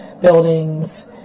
buildings